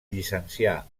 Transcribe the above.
llicencià